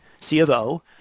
CFO